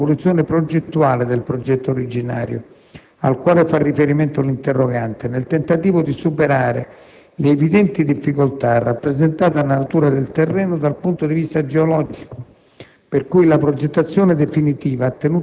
Il progetto definitivo rappresenta un'evoluzione progettuale del progetto originario, al quale fa riferimento l'interrogante, nel tentativo di superare le evidenti difficoltà rappresentate dalla natura del terreno dal punto di vista geologico,